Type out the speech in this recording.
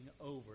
over